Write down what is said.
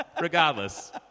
Regardless